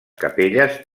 capelles